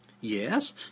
Yes